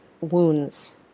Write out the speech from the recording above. wounds